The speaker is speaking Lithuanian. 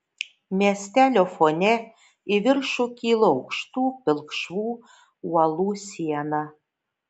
miestelio fone į viršų kilo aukštų pilkšvų uolų siena